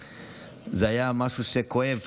וזה היה משהו פשוט כואב,